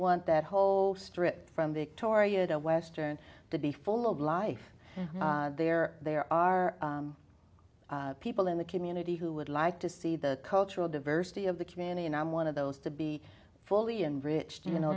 want that whole strip from victoria to western to be full of life there there are people in the community who would like to see the cultural diversity of the community and i'm one of those to be fully and rich you know